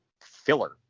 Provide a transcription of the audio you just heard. filler